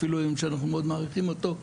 אפילו שאנחנו מאוד מעריכים אותו,